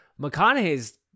McConaughey's